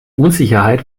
unsicherheit